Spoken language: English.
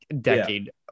decade